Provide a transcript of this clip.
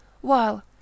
While